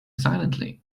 silently